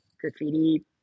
graffiti